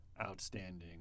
outstanding